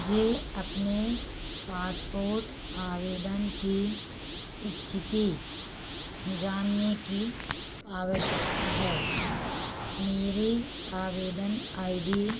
मुझे अपने पासपोर्ट आवेदन की स्थिति जानने की आवश्यकता है मेरे आवेदन आई डी